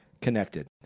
connected